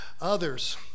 others